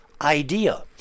idea